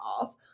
off